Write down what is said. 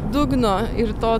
dugno ir to